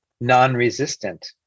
non-resistant